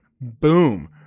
boom